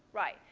right.